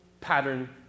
pattern